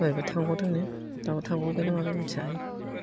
दहायबो थांगदों नो दाबो थांग'दोंना मादों मिथिया